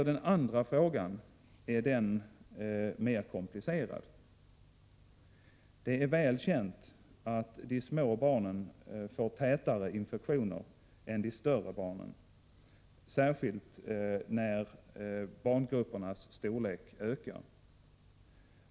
Den andra frågan är mer komplicerad. Det är väl känt att de små barnen får tätare infektioner än de större barnen, särskilt när barngruppernas storlek ökar.